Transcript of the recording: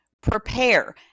Prepare